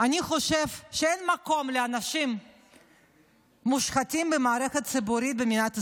אני חושב שאין מקום לאנשים מושחתים במערכת ציבורית במדינת ישראל.